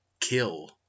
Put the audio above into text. kill